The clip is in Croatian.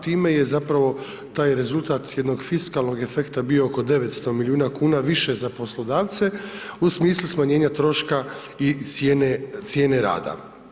Time je zapravo taj rezultat jednog fiskalnog efekta bio oko 900 milijuna kuna više za poslodavce u smislu smanjenja troškova i cijene rada.